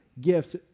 gifts